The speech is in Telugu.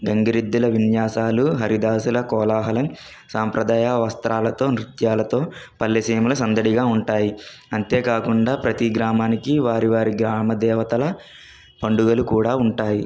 గంగిరెద్దుల విన్యాసాలు హరిదాసుల కోలాహలం సాంప్రదాయ వస్త్రాలతో నృత్యాలతో పల్లె సీమల సందడిగా ఉంటాయి అంతేకాకుండా ప్రతి గ్రామానికి వారి వారి గ్రామదేవతల పండుగలు కూడా ఉంటాయి